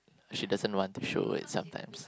she doesn't want to show it sometimes